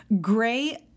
gray